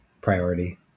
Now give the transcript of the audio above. priority